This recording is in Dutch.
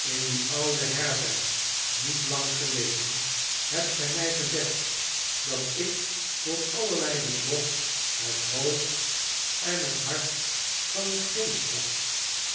in die oude herberg niet lang geleden hebt gij mij gezegd dat ik voor allerlei bedrog het hoofd en het hart van een geest had